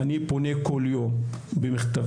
אני פונה בכל יום עם מכתבים,